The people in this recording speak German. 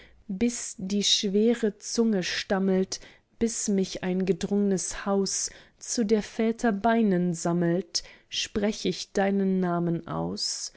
bis die schwere zunge stammlet bis mich ein gedrungnes haus zu der väter beinen sammlet sprech ich deinen namen aus